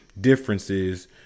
differences